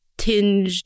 tinged